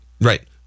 Right